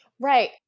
Right